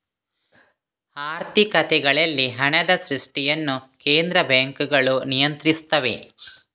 ಆರ್ಥಿಕತೆಗಳಲ್ಲಿ ಹಣದ ಸೃಷ್ಟಿಯನ್ನು ಕೇಂದ್ರ ಬ್ಯಾಂಕುಗಳು ನಿಯಂತ್ರಿಸುತ್ತವೆ